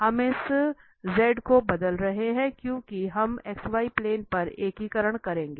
हम इस z को बदल रहे हैं क्योंकि हम xy प्लेन पर एकीकरण करेंगे